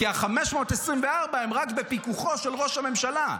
כי ה-524 הם רק בפיקוחו של ראש הממשלה.